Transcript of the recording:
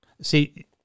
See